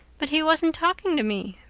but he wasn't talking to me,